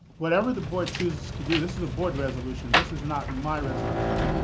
whatever the board chooses to do this is a board resolution. this is not my resolution.